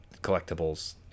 collectibles